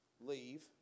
leave